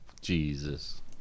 Jesus